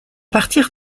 partir